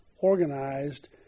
organized